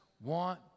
want